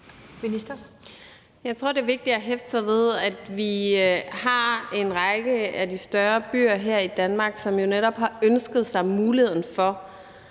Jeg tror, at det er vigtigt at hæfte sig ved, at vi har en række af de større byer i Danmark, som netop har ønsket sig muligheden for